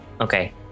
Okay